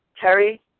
Terry